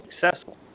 successful